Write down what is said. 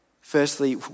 firstly